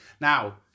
Now